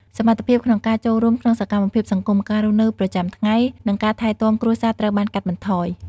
សមត្ថភាពក្នុងការចូលរួមក្នុងសកម្មភាពសង្គម ការរស់នៅប្រចាំថ្ងៃ និងការថែទាំគ្រួសារត្រូវបានកាត់បន្ថយ។